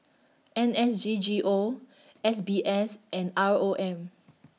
N S D G O S B S and R O M